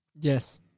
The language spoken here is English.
Yes